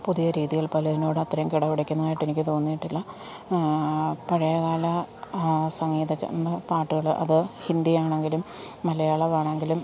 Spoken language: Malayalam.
പുതിയ രീതികൾ പലതിനോടും അത്രയും കിടപിടിക്കുന്നതായിട്ട് എനിക്ക് തോന്നിയിട്ടില്ല പഴയകാല സംഗീത പാട്ടുകൾ അത് ഹിന്ദി ആണെങ്കിലും മലയാളം ആണെങ്കിലും